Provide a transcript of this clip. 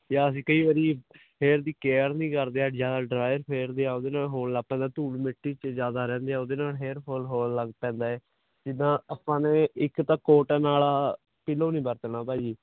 ਜਾ ਅਸੀਂ ਕਈ ਵਾਰੀ ਹੇਅਰ ਦੀ ਕੇਅਰ ਨਹੀਂ ਕਰਦੇ ਜਿਆਦਾ ਡਰਾਇਅਰ ਫੇਰਦੇ ਆ ਉਹਦੇ ਨਾਲ ਹੋਣ ਲੱਗ ਪੈਂਦਾ ਧੂੜ ਮਿੱਟੀ ਚ ਜਿਆਦਾ ਰਹਿੰਦੇ ਆ ਉਹਦੇ ਨਾਲ ਹੇਅਰਫੋਲ ਹੋਣ ਲੱਗ ਪੈਂਦਾ ਜਿਦਾਂ ਆਪਾਂ ਨੇ ਇੱਕ ਤਾਂ ਕੋਟਨ ਵਾਲਾ ਪਿਲੋ ਨੀ ਵਰਤਣਾ ਭਾਜੀ